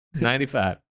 Ninety-five